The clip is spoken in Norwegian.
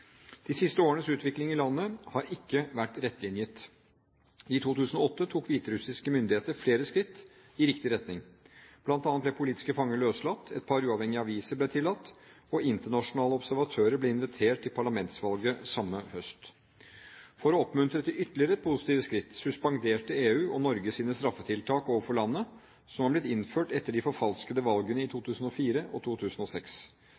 De siste årenes utvikling i landet har ikke vært rettlinjet. I 2008 tok hviterussiske myndigheter flere skritt i riktig retning. Blant annet ble politiske fanger løslatt, et par uavhengige aviser ble tillatt, og internasjonale observatører ble invitert til parlamentsvalget samme høst. For å oppmuntre til ytterligere positive skritt suspenderte EU og Norge sine straffetiltak overfor landet, som var blitt innført etter de forfalskede valgene i 2004 og 2006.